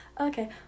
okay